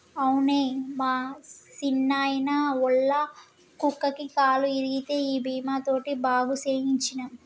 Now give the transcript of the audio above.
అవునే మా సిన్నాయిన, ఒళ్ళ కుక్కకి కాలు ఇరిగితే ఈ బీమా తోటి బాగు సేయించ్చినం